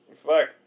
Fuck